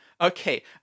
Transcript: Okay